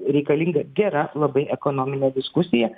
reikalinga gera labai ekonominė diskusija